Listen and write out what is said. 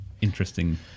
interesting